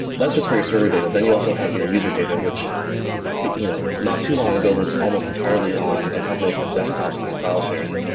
that's just for your server data. then you'll also have your user data, which you know not too long ago, was almost entirely on a combination of desktops and file shares.